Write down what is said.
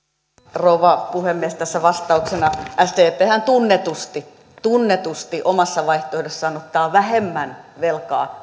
rouva puhemies tässä vastauksena sdphän tunnetusti tunnetusti omassa vaihtoehdossaan ottaa vähemmän velkaa